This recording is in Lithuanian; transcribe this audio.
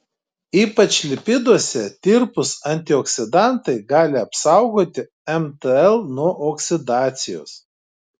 ypač lipiduose tirpūs antioksidantai gali apsaugoti mtl nuo oksidacijos